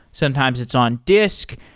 sometimes it's on disk.